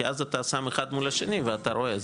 כי אז אתה שם אחד מול השני ואתה רואה,